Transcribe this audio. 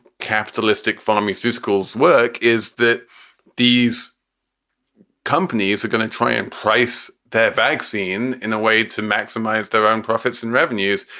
capitalistic pharmaceuticals work is that these companies are going to try and price their vaccine in a way to maximize their own profits and revenues,